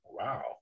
Wow